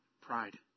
pride